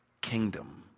kingdom